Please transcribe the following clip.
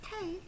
okay